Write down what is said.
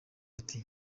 ati